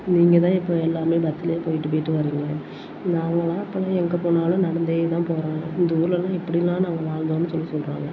நீங்கள் தான் இப்போ எல்லாமே பஸ்ஸுலேயே போய்விட்டு போய்விட்டு வர்றீங்க நாங்கள்லாம் அப்போல்லாம் எங்கே போனாலும் நடந்தே தான் போவோம் இந்த ஊர்லலாம் இப்படிலாம் நாங்கள் வாழ்ந்தோன்னு சொல்லி சொல்கிறாங்க